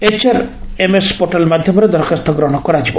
HRMS portal ମାଧ୍ଧମରେ ଦରଖାସ୍ ଗ୍ରହଣ କରାଯିବ